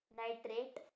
nitrate